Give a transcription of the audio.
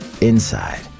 Inside